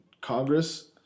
Congress